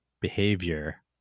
behavior